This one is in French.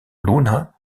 luna